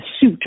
suit